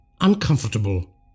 uncomfortable